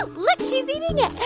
oh, look. she's eating yeah